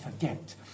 forget